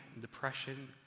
depression